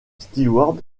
stewart